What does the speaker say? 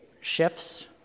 shifts